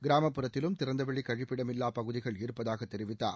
கிராமப்புறத்திலும் திறந்தவெளி கழிப்பிடமில்லா பகுதிகள் இருப்பதாக தெரிவித்தார்